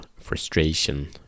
frustration